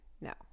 no